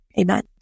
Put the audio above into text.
Amen